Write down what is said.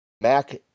Mac